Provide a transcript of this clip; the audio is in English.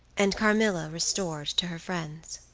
and carmilla restored to her friends.